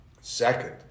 Second